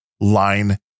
line